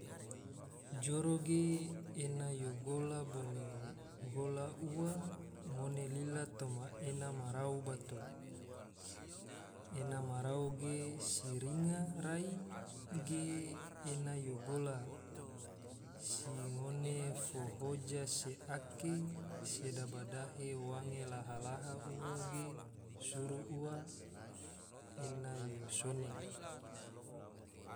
Joro ge, ena yo gola bolo gola ua, ngone lila toma ena ma rau bato, ena ma rau ge si ringa rai, ge ena yo gola, si ngone fo hoja se ake se daba dahe wange laha-laha ua ge, suru ua ene yo sone